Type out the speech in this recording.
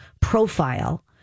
profile